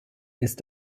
ist